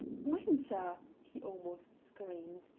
winter! he almost screamed.